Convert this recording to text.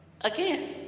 again